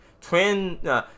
twin